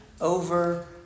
over